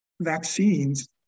vaccines